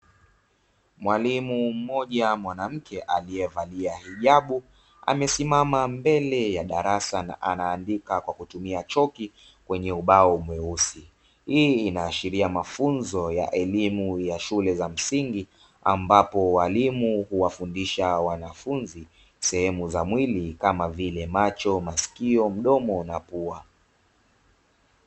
Mwalimu mmoja mwanamke aliyevalia hijabu, amesimama mbele ya darasa na anaandika kwa kutumia chaki kwenye ubao mweusi. Hii inaashiria mafunzo ya elimu ya shule za msingi, ambapo walimu huwafundisha wanafunzi sehemu za mwili, kama vile macho, maskio, mdomo na pua.